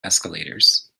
escalators